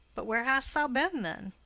but where hast thou been then?